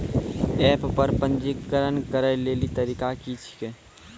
App पर पंजीकरण करै लेली तरीका की छियै?